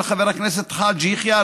של חבר הכנסת חאג' יחיא,